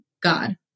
God